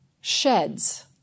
sheds